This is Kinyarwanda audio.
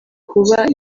kuba